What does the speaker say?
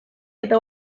eta